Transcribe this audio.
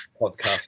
podcast